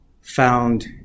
found